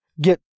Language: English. get